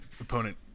opponent